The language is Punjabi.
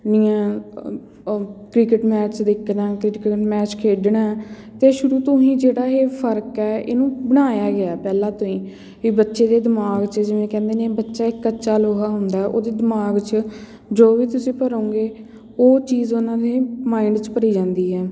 ਕ੍ਰਿਕਟ ਮੈਚ ਦੇਖਣਾ ਕ੍ਰਿਕਟ ਮੈਚ ਖੇਡਣਾ ਅਤੇ ਸ਼ੁਰੂ ਤੋਂ ਹੀ ਜਿਹੜਾ ਇਹ ਫਰਕ ਹੈ ਇਹਨੂੰ ਬਣਾਇਆ ਗਿਆ ਪਹਿਲਾਂ ਤੋਂ ਹੀ ਵੀ ਬੱਚੇ ਦੇ ਦਿਮਾਗ 'ਚ ਜਿਵੇਂ ਕਹਿੰਦੇ ਨੇ ਬੱਚਾ ਕੱਚਾ ਲੋਹਾ ਹੁੰਦਾ ਉਹਦੇ ਦਿਮਾਗ 'ਚ ਜੋ ਵੀ ਤੁਸੀਂ ਭਰੋਂਗੇ ਉਹ ਚੀਜ਼ਾਂ ਉਹਨਾਂ ਦੇ ਮਾਇੰਡ 'ਚ ਭਰੀ ਜਾਂਦੀ ਹੈ